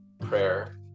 prayer